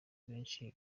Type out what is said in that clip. benshi